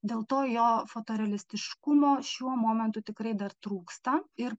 dėl to jo fotorealistiškumo šiuo momentu tikrai dar trūksta ir